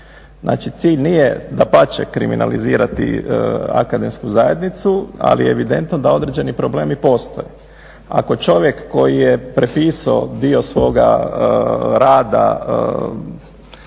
Znači, cilj nije dapače kriminalizirati akademsku zajednicu, ali je evidentno da određeni problemi postoje. Ako čovjek koji je prepisao dio svoga rada